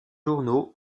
journaux